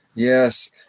Yes